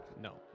No